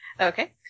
Okay